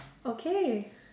okay